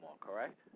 correct